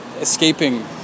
escaping